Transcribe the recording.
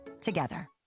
together